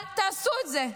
אל תעשו את זה.